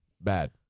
Bad